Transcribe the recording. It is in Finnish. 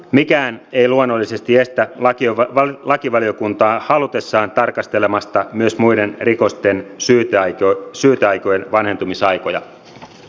mikään ei luonnollisesti estä lakivaliokuntaa halutessaan tarkastelemasta myös muiden rikosten syyteaikojen vanhentumisaikoja